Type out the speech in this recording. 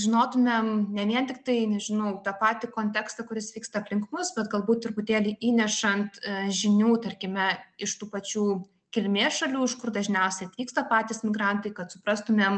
žinotumėm ne vien tiktai nežinau tą patį kontekstą kuris vyksta aplink mus bet galbūt truputėlį įnešant žinių tarkime iš tų pačių kilmės šalių iš kur dažniausiai atvyksta patys migrantai kad suprastumėm